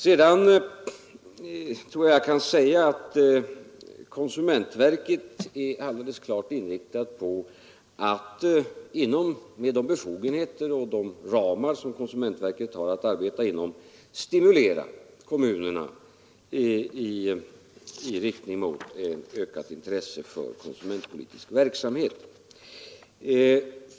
Sedan tror jag att jag kan säga att konsumentverket är alldeles klart inriktat på att inom sina befogenheter och ramar arbeta för att stimulera kommunernas intresse för konsumentpolitisk verksamhet.